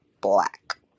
Black